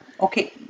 Okay